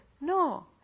No